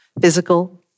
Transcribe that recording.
physical